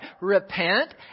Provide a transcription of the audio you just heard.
Repent